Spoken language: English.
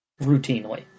routinely